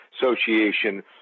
Association